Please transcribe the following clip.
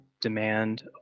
demand